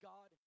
God